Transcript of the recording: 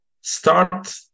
start